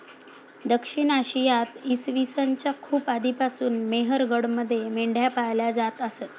दक्षिण आशियात इसवी सन च्या खूप आधीपासून मेहरगडमध्ये मेंढ्या पाळल्या जात असत